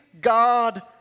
God